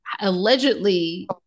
allegedly